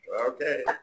Okay